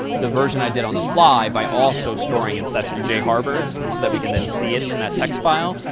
the version i did on the fly by also storing in session jharvard, so that we can then see it in that text file,